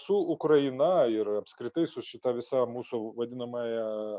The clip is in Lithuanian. su ukraina ir apskritai su šita visa mūsų vadinamąja